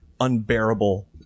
unbearable